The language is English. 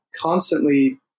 constantly